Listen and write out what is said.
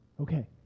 Okay